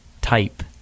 type